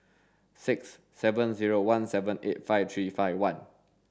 six seven zero one seven eight five three five one